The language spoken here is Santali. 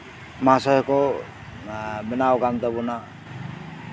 ᱢᱚᱦᱟᱥᱚᱭ ᱵᱮᱱᱟᱣ ᱟᱠᱟᱱ ᱛᱟᱵᱚᱱᱟ